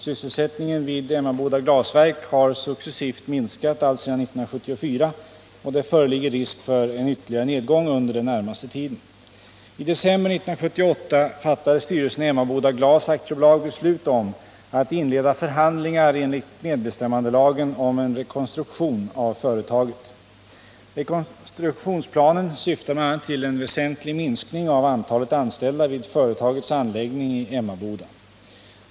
Sysselsättningen vid Emmaboda Glasverk har successivt minskat alltsedan år 1974, och det föreligger risk för en ytterligare nedgång under den närmaste tiden. I december 1978 fattade styrelsen i AB Emmaboda Glasverk beslut om att inleda förhandlingar enligt medbestämmandelagen om en rekonstruktion av företaget. Rekonstruktionsplanen syftar bl.a. till en väsentlig minskning av antalet anställda vid företagets anläggning i Emmaboda.